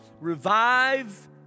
revive